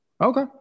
Okay